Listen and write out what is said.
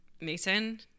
mason